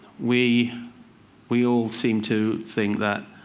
we we all seem to think that,